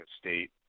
state